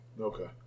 Okay